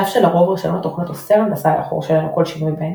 על אף שלרוב רישיון התוכנות אוסר הנדסה לאחור שלהן או כל שינוי בהן,